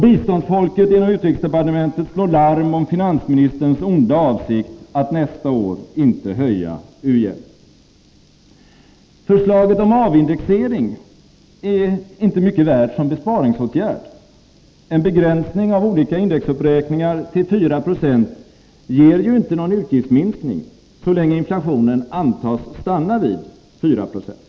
Biståndsfolket inom utrikesdepartementet slår larm om finansministerns onda avsikt att nästa år inte höja u-hjälpen. Förslaget om avindexering är inte mycket värt som besparingsåtgärd. En begränsning av olika indexuppräkningar till 4 76 ger ju inte någon utgiftsminskning, så länge inflationen antas stanna vid 4 96.